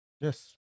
Yes